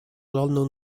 london